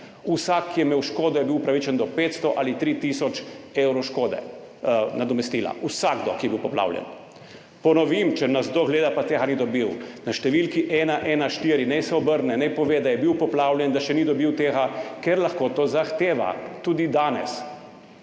Vsak, ki je imel škodo, je bil upravičen do 500 ali 3 tisoč evro škode nadomestila, vsakdo ki je bil poplavljen. Ponovim, če nas kdo gleda, pa tega ni dobil. Na številko 114 naj se obrne, naj pove, da je bil poplavljen, da še ni dobil tega, ker lahko to zahteva tudi danes